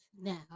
now